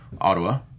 Ottawa